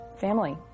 Family